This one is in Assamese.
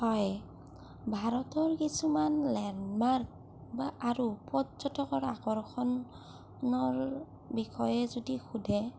হয় ভাৰতৰ কিছুমান লেণ্ডমাৰ্ক বা আৰু পৰ্যটকৰ আকৰ্ষণৰ বিষয়ে যদি সোধে